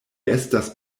estas